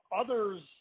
others